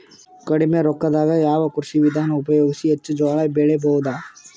ಕಡಿಮಿ ರೊಕ್ಕದಾಗ ಯಾವ ಕೃಷಿ ವಿಧಾನ ಉಪಯೋಗಿಸಿ ಹೆಚ್ಚ ಜೋಳ ಬೆಳಿ ಬಹುದ?